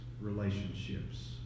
relationships